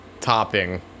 topping